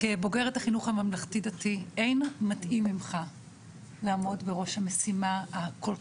כבוגרת החינוך הממלכתי-דתי אין מתאים ממך לעמוד בראש המשימה הכל